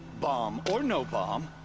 bomb, or no bomb.